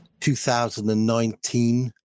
2019